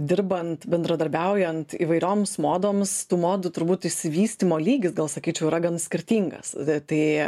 dirbant bendradarbiaujant įvairioms modoms tų modų turbūt išsivystymo lygis gal sakyčiau yra gan skirtingas tai